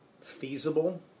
feasible